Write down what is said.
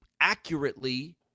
accurately